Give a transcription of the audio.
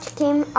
came